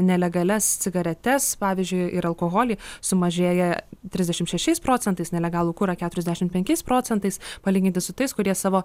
nelegalias cigaretes pavyzdžiui ir alkoholį sumažėja trisdešimt šešiais procentais nelegalų kurą keturiasdešimt penkiais procentais palyginti su tais kurie savo